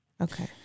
Okay